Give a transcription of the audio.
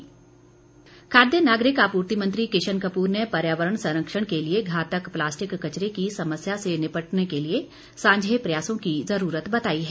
किशन कपूर खाद्य नागरिक आपूर्ति मंत्री किशन कपूर ने पर्यावरण संरक्षण के लिए घातक प्लास्टिक कचरे की समस्या से निपटने के लिए सांझे प्रयासों की जरूरत बताई है